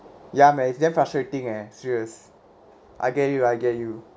ya man it's damn frustrating eh serious I get you I get you